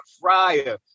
fryer